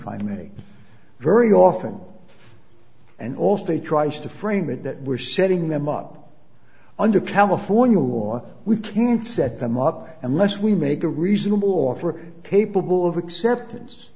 find me very often and also he tries to frame it that we're setting them up under california law or we can't set them up unless we make a reasonable offer capable of acceptance